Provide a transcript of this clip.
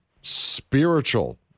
spiritual